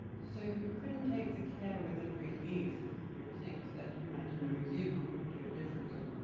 so you couldn't take the care with every leaf you would think that you might in a museum or you would do it differently.